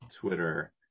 Twitter